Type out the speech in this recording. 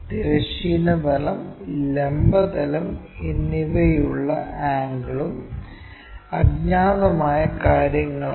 തിരശ്ചീന തലം ലംബ തലം എന്നിവയുള്ള ആംഗിളും അജ്ഞാതമായ കാര്യങ്ങളാണ്